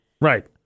Right